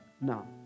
Now